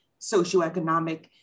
socioeconomic